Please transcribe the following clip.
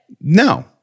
No